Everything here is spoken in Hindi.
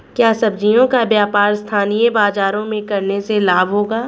क्या सब्ज़ियों का व्यापार स्थानीय बाज़ारों में करने से लाभ होगा?